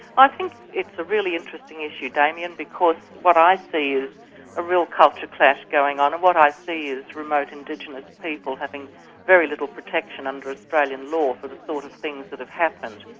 i think it's a really interesting issue, damien, because what i see is a real culture clash going on, and what i see is remote indigenous people having very little protection under australian law for the sort of things that have happened.